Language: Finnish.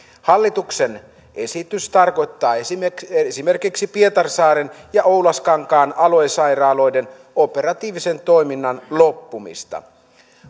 hallituksen esitys tarkoittaa esimerkiksi esimerkiksi pietarsaaren ja oulaskankaan aluesairaaloiden operatiivisen toiminnan loppumista